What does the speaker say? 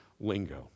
lingo